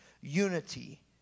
unity